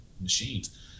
machines